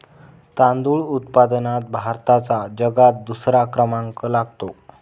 तांदूळ उत्पादनात भारताचा जगात दुसरा क्रमांक लागतो